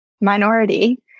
minority